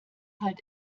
halt